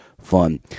fun